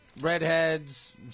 Redheads